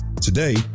Today